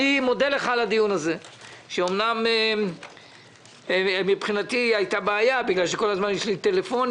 אנחנו יכולים לקבל מענה על קווי